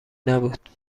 نبود